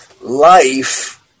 life